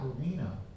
arena